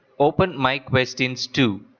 open my questions two.